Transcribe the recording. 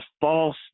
false